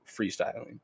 freestyling